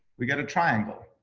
we get a triangle.